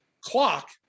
clock